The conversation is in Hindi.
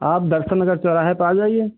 आप दर्शन नगर चौराहे पे आ जाईए